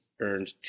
earned